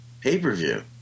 pay-per-view